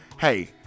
hey